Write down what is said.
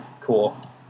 Cool